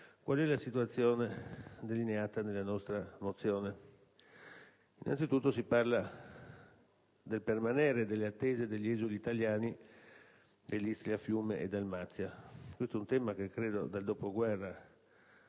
Qual è la situazione delineata nella nostra mozione? Innanzitutto, si parla del permanere delle attese degli esuli italiani di Istria, Fiume e Dalmazia. Questo che risale al dopoguerra